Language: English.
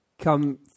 come